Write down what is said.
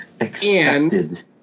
Expected